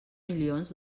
milions